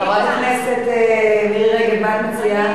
חברת הכנסת מירי רגב, מה את מציעה?